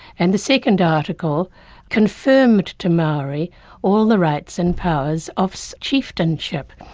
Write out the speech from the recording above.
and the second article confirmed to maori all the rights and powers of so chieftainship.